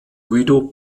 guido